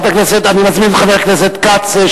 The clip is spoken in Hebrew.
אני מזמין את חבר הכנסת כץ,